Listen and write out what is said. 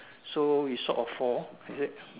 so we short of four is it